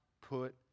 put